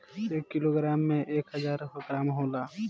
एक किलोग्राम में एक हजार ग्राम होला